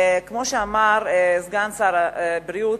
כמו שאמר סגן שר הבריאות: